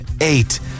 eight